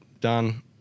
done